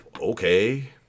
okay